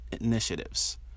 initiatives